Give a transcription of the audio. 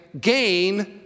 gain